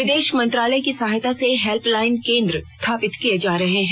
विदेश मंत्रालय की सहायता से हेल्पलाइन केन्द्र स्थापित किए जा रहे हैं